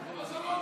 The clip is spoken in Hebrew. אבל זה לא הנושא.